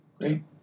Great